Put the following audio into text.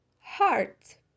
Heart